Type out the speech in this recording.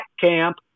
camp